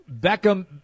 Beckham